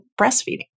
breastfeeding